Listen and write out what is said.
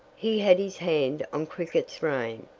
he had his hand on cricket's rein!